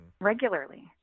regularly